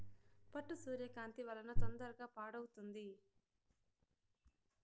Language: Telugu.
పట్టు సూర్యకాంతి వలన తొందరగా పాడవుతుంది